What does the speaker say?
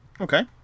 Okay